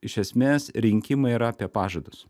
iš esmės rinkimai yra apie pažadus